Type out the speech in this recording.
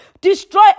Destroy